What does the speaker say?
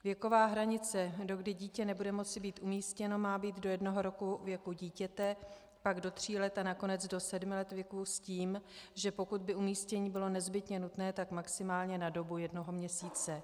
Věková hranice, dokdy dítě nebude moci být umístěno, má být do jednoho roku věku dítěte, pak do tří let a nakonec do sedmi let věku s tím, že pokud by umístění bylo nezbytně nutné, tak maximálně na dobu jednoho měsíce.